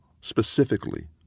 specifically